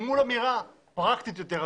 יש אמירה פרקטית יותר,